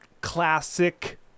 classic